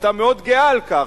היתה מאוד גאה על כך.